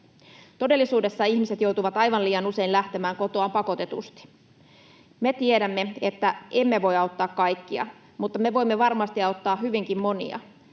Todellisuudessa ihmiset joutuvat aivan liian usein lähtemään kotoaan pakotetusti. Me tiedämme, että emme voi auttaa kaikkia, mutta me voimme varmasti auttaa hyvinkin monia.